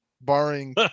barring